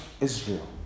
Israel